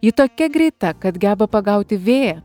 ji tokia greita kad geba pagauti vėją